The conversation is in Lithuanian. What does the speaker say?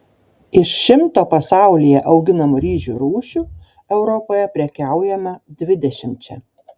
iš šimto pasaulyje auginamų ryžių rūšių europoje prekiaujama dvidešimčia